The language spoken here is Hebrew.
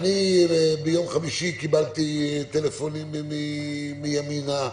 ביום חמישי קיבלתי טלפונים מימינה,